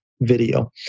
Video